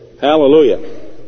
Hallelujah